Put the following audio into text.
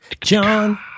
John